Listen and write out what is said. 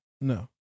No